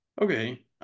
Okay